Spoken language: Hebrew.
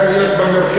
את צריכה להיות במרכז.